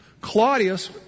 Claudius